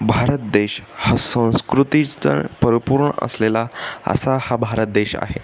भारत देश हा संस्कृतीचं परिपूर्ण असलेला असा हा भारत देश आहे